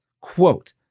quote